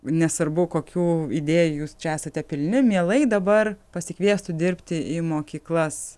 nesvarbu kokių idėjų jūs čia esate pilni mielai dabar pasikviestų dirbti į mokyklas